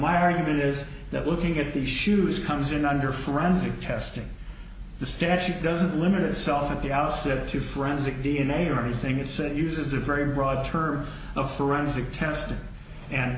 my argument is that looking at the shoes comes in under forensic testing the statute doesn't limit itself at the outset to forensic d n a or anything it's it uses a very broad term of forensic testing and